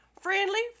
friendly